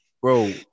Bro